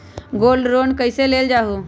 Gold loan कईसे लेल जाहु?